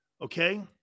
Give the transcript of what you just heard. okay